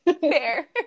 Fair